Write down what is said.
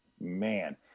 man